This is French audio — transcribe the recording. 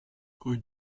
rue